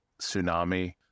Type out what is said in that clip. tsunami